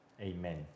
Amen